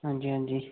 हां जी हां जी